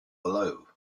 below